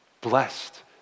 Blessed